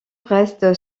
reste